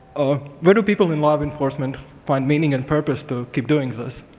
ah where do people in law enforcement find meaning and purpose to keep doing this?